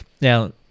Now